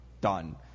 Done